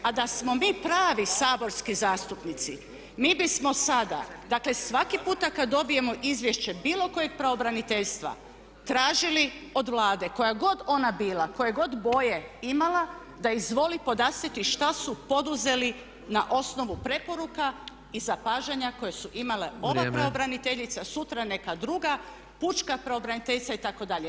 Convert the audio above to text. A da smo mi pravi saborski zastupnici mi bismo sada, dakle svaki puta kad dobijemo izvješće bilo kojeg pravobraniteljstva, tražili od Vlade koja god ona bila, koje god boje imala da izvoli podastrijeti što su poduzeli na osnovu preporuka i zapažanja koje su imale ova pravobraniteljica, sutra neka druga, pučka pravobraniteljica itd.